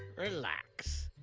relax!